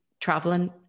traveling